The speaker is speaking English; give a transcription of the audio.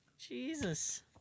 Jesus